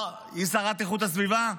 היא שרת איכות הסביבה?